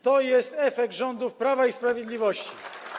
To jest efekt rządów Prawa i Sprawiedliwości.